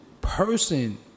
person